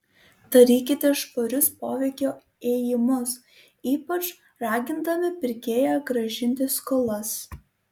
darykite švarius poveikio ėjimus ypač ragindami pirkėją grąžinti skolas